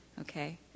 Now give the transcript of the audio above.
Okay